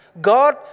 God